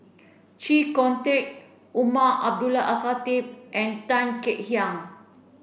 Chee Kong Tet Umar Abdullah Al Khatib and Tan Kek Hiang